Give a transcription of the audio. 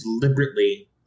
deliberately